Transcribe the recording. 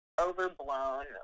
overblown